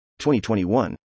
2021